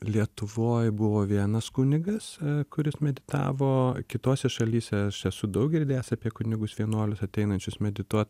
lietuvoj buvo vienas kunigas kuris meditavo kitose šalyse aš esu daug girdėjęs apie kunigus vienuolius ateinančius medituot